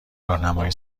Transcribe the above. راهنمای